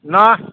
नहि